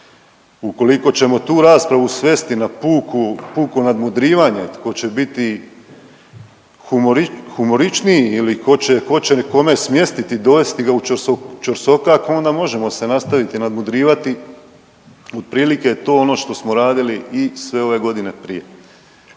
Ukoliko ćemo tu raspravu svesti na puko nadmudrivanje tko će biti humorističniji ili tko će kome smjestiti i dovesti ga u ćorsokak onda možemo se nastaviti nadmudrivati, otprilike to je ono što smo radili i sve ove godine prije.